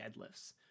deadlifts